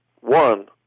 One